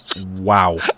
wow